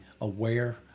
aware